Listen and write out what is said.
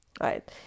right